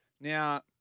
Now